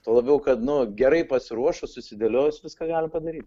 tuo labiau kad nu gerai pasiruošus susidėliojus viską galim padaryt